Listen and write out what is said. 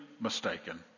mistaken